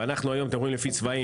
והיום בתכנון,